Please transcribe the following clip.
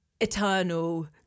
eternal